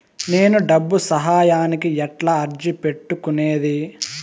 నేను డబ్బు సహాయానికి ఎట్లా అర్జీ పెట్టుకునేది?